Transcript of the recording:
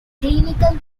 clinical